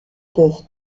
peuvent